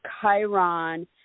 Chiron